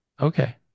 Okay